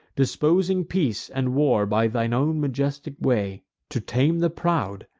disposing peace and war by thy own majestic way to tame the proud,